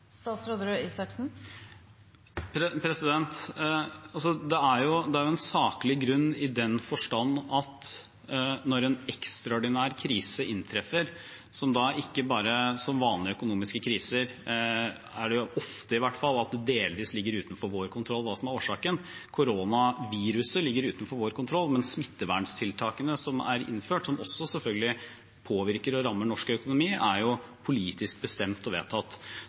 Det er en saklig grunn i den forstand at en ekstraordinær krise inntreffer. Ved vanlige økonomiske kriser er det, ofte i hvert fall, at det delvis ligger utenfor vår kontroll hva som er årsaken. Koronaviruset ligger utenfor vår kontroll, men smitteverntiltakene som er innført, som også selvfølgelig påvirker og rammer norsk økonomi, er politisk bestemt og vedtatt.